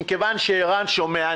מכיוון שערן שומע,